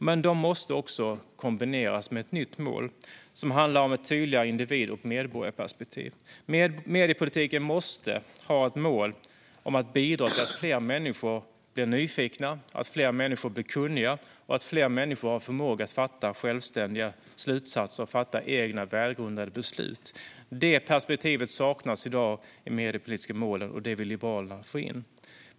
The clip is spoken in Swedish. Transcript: Men de måste också kombineras med ett nytt mål som handlar om ett tydligare individ och medborgarperspektiv. Mediepolitiken måste ha ett mål om att bidra till att fler människor blir nyfikna, blir kunniga och har förmåga att dra självständiga slutsatser och fatta egna välgrundade beslut. Detta perspektiv saknas i dag i de mediepolitiska målen, och det vill Liberalerna få in.